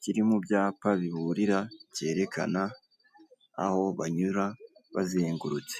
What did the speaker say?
kiri mu byapa biburira cyerekana aho banyura bazengurutse.